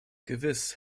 gewiss